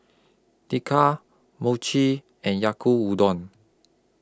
Mochi and Yaku Udon